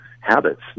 habits